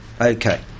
Okay